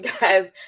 guys